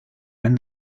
when